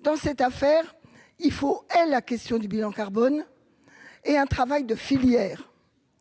dans cette affaire il faut est la question du bilan carbone et un travail de filière,